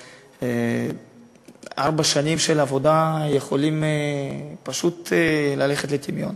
וארבע שנים של עבודה יכולות פשוט לרדת לטמיון.